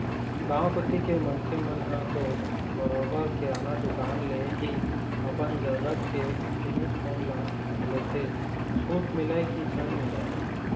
गाँव कोती के मनखे मन ह तो बरोबर किराना दुकान ले ही अपन जरुरत के जिनिस मन ल लेथे छूट मिलय की झन मिलय